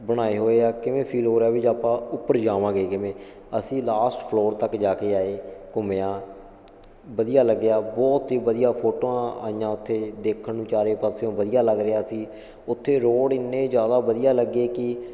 ਬਣਾਏ ਹੋਏ ਆ ਕਿਵੇਂ ਫੀਲ ਹੋ ਰਿਹਾ ਵੀ ਆਪਾਂ ਉੱਪਰ ਜਾਵਾਂਗੇ ਕਿਵੇਂ ਅਸੀਂ ਲਾਸਟ ਫਲੋਰ ਤੱਕ ਜਾ ਕੇ ਆਏ ਘੁੰਮਿਆ ਵਧੀਆ ਲੱਗਿਆ ਬਹੁਤ ਹੀ ਵਧੀਆ ਫੋਟੋਆਂ ਆਈਆਂ ਉੱਥੇ ਦੇਖਣ ਨੂੰ ਚਾਰੇ ਪਾਸਿਓਂ ਵਧੀਆ ਲੱਗ ਰਿਹਾ ਸੀ ਉੱਥੇ ਰੋਡ ਇੰਨੇ ਜ਼ਿਆਦਾ ਵਧੀਆ ਲੱਗੇ ਕਿ